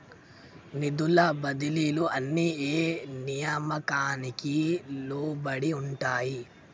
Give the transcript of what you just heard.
నిధుల బదిలీలు అన్ని ఏ నియామకానికి లోబడి ఉంటాయి?